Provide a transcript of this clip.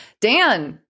Dan